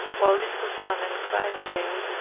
while this was done in clydesdale,